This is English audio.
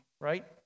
right